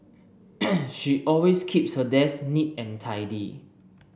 she always keeps her desk neat and tidy